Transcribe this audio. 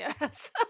yes